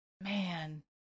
Man